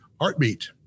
Heartbeat